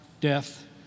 death